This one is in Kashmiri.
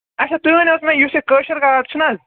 اَچھا تُہۍ ؤنِو حظ مےٚ یہِ یُس یہِ کٲشُر گاڈ چھِنہٕ حظ